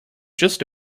just